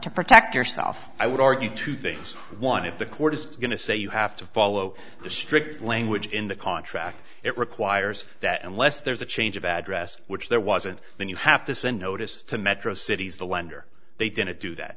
to protect yourself i would argue two things one if the court is going to say you have to follow the strict language in the contract it requires that unless there's a change of address which there wasn't then you have to send notice to metro cities the lender they didn't do that